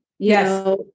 Yes